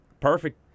Perfect